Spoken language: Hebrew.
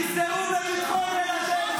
סרסרו בביטחון ילדינו.